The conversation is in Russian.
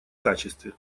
качестве